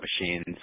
machines